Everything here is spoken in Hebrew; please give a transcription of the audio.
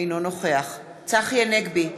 אינו נוכח צחי הנגבי,